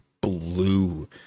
blue